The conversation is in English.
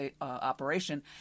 operation